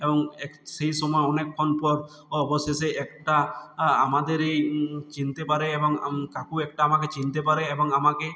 এবং এক সেই সময় অনেকক্ষণ পর অবশেষে একটা আ আমাদেরই চিনতে পারে এবং আম কাকু একটা আমাকে চিনতে পারে এবং আমাকে